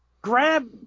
Grab